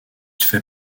fait